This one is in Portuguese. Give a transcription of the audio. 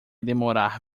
demorar